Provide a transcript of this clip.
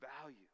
value